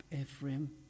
Ephraim